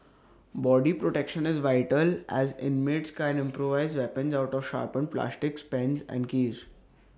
body protection is vital as inmates can improvise weapons out of sharpened plastics pens and keys